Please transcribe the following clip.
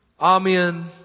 amen